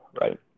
Right